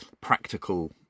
practical